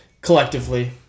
Collectively